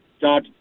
dot